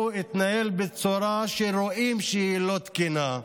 הוא התנהל בצורה שרואים שהיא לא תקינה.